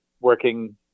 working